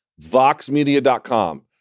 voxmedia.com